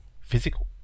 physical